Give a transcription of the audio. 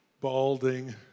balding